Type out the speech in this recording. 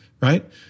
right